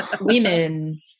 women